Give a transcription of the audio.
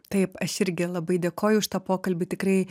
taip aš irgi labai dėkoju už tą pokalbį tikrai